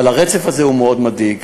אבל הרצף הזה הוא מאוד מדאיג,